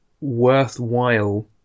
worthwhile